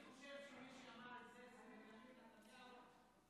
אני חושב שמי שאמר את זה זה בנימין נתניהו.